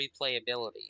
replayability